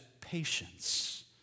patience